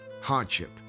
hardship